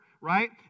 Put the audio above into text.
right